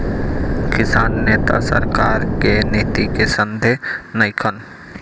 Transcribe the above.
किसान नेता सरकार के नीति के संघे नइखन